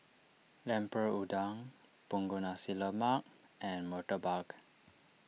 Lemper Udang Punggol Nasi Lemak and Murtabak